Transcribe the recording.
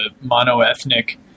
mono-ethnic